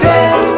Ten